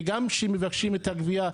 וגם כשמבקשים את הגבייה,